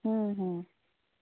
হুম হুম